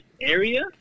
area